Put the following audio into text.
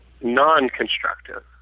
non-constructive